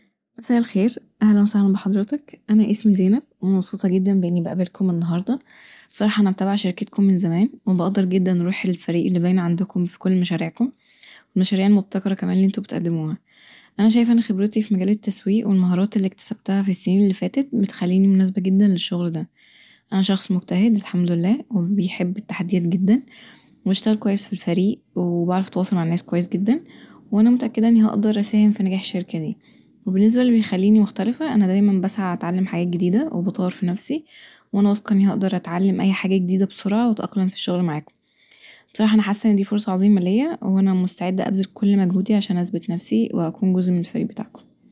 مساء الخير، اهلا وسهلا بحضرتك، انا اسمي زينب ومبسوطه جدا اني بقابلكم النهارده الصراحه انا متابعه شركتم من زمان وبقدر روح الفريق اللي باينه عندكم في كل مشاريعكم والمشاريع المبتكره كمان اللي انتوا بتقدموها انا شايفه ان خبرتي في مجال التسويق والمهارات اللي اكتسبتها في السنين اللي فاتت بتخليني مناسبه جدا للشغل دا، انا شخص مجتهد الحمدلله وبيحب التحديات جدا وبشتغل كويس في الفريق وبعرف اتواصل مع الناس كويس جدا وانا متأكده اني هقدر اساهم في نجاح الشركه دي وبالنسبه للي يخليني مختلفه انا دايما بسعي اتعلم حاجات جديده وبطور في نفسي وانا واثقه اني هقدر اتعلم اي حاجه جديده بسرعه واتأقلم في الشغل معاكم بصراحه انا حاسه ان دي فرصه عظيمة ليا وانا مستعده ابذل كل مجهودي عشان اثبت نفسي واكون جزء من الفريق بتاعكم